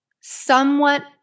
somewhat